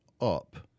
up